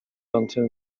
until